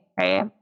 right